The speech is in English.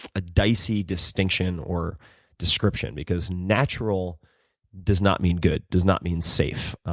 ah dicey distinction or description because natural does not mean good, does not mean safe.